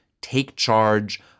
take-charge